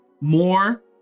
More